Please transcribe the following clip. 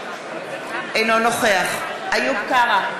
אינו נוכח איוב קרא,